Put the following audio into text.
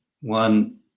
one